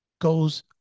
goes